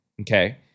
okay